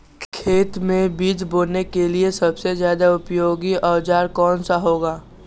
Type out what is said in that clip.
खेत मै बीज बोने के लिए सबसे ज्यादा उपयोगी औजार कौन सा होगा?